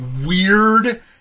weird